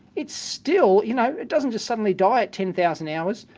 it's still you know, it doesn't just suddenly die at ten thousand hours,